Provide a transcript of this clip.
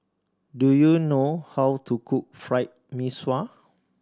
do you know how to cook Fried Mee Sua